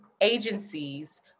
agencies